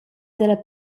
dalla